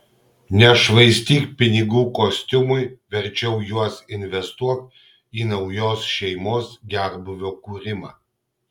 nešvaistyk pinigų kostiumui verčiau juos investuok į naujos šeimos gerbūvio kūrimą